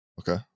Okay